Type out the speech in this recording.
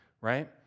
right